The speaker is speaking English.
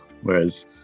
whereas